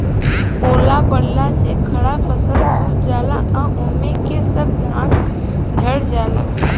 ओला पड़ला से खड़ा फसल सूत जाला आ ओमे के सब दाना झड़ जाला